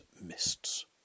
mists